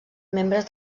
membres